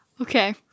Okay